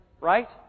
Right